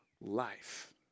life